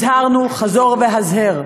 הזהרנו חזור והזהר.